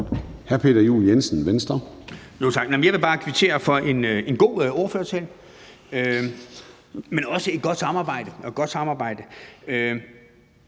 Peter Juel-Jensen (V): Tak. Jeg vil bare kvittere for en god ordførertale, men også for et godt samarbejde.